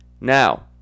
Now